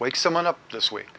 wake someone up this week